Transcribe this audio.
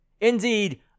Indeed